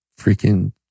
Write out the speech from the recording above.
freaking